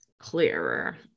clearer